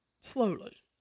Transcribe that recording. slowly